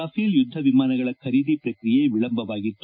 Rafale ಯುದ್ದ ವಿಮಾನಗಳ ಖರೀದಿ ಪ್ರಕ್ರಿಯೆ ವಿಳಂಬವಾಗಿತ್ತು